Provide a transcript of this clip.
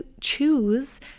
choose